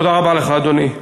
תודה רבה לך, אדוני.